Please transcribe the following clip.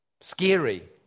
Scary